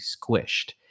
squished